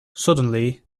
suddenly